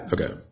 Okay